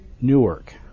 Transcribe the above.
Newark